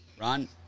Ron